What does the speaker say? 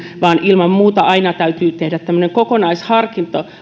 vaan ilman muuta täytyy aina tehdä tämmöinen kokonaisharkinta